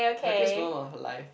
happiest moment of your life